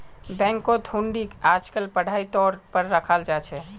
बैंकत हुंडीक आजकल पढ़ाई तौर पर रखाल जा छे